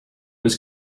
was